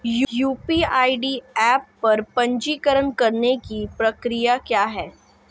UPI app पर पंजीकरण करने की प्रक्रिया क्या है?